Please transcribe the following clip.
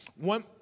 One